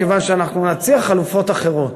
מכיוון שאנחנו נציע חלופות אחרות,